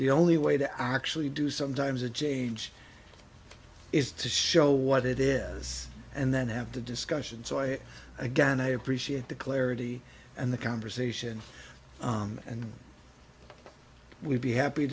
the only way to actually do sometimes a change is to show what it is and then have the discussion so i again i appreciate the clarity and the conversation and we'd be happy